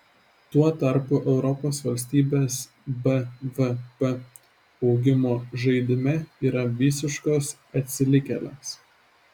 tuo tarpu europos valstybės bvp augimo žaidime yra visiškos atsilikėlės